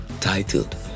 titled